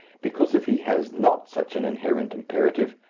because if he has not such an inherent imperative,